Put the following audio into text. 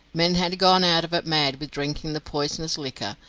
men had gone out of it mad with drinking the poisonous liquor,